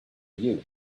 you